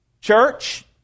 Church